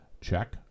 check